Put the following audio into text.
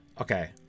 okay